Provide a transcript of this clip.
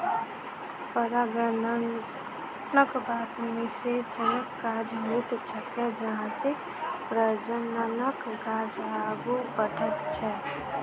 परागणक बाद निषेचनक काज होइत छैक जाहिसँ प्रजननक काज आगू बढ़ैत छै